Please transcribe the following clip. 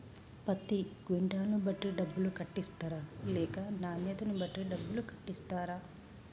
పత్తి క్వింటాల్ ను బట్టి డబ్బులు కట్టిస్తరా లేక నాణ్యతను బట్టి డబ్బులు కట్టిస్తారా?